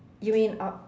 you mean I